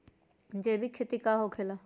जैविक खेती का होखे ला?